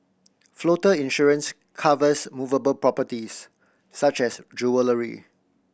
floater insurance covers movable properties such as jewellery